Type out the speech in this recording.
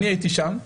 אני הייתי שם,